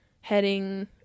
heading